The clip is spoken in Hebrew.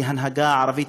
כהנהגה הערבית,